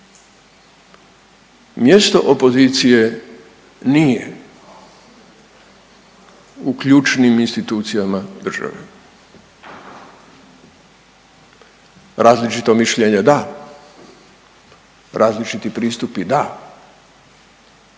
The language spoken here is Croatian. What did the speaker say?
mjesto opozicije nije u ključnim institucijama države, različito mišljenje da, različiti pristupi da,